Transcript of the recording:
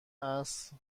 عصر